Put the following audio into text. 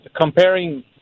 comparing